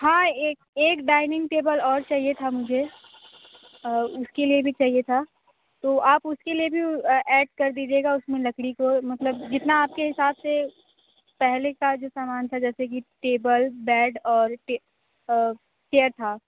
हाँ एक एक डाइनिंग टेबल और चाहिए था मुझे उसके लिए भी चाहिए था तो आप उसके लिए भी ऐड कर दीजिएगा उस में लकड़ी को मतलब जितना आप के हिसाब से पहले का जो सामान था जैसे कि टेबल बेड और चेयर था